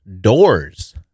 doors